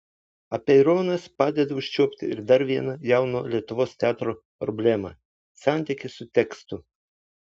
apeironas padeda užčiuopti ir dar vieną jauno lietuvos teatro problemą santykį su tekstu